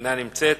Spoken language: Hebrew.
אינה נמצאת,